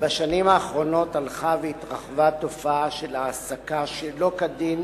בשנים האחרונות הלכה והתרחבה התופעה של העסקה שלא כדין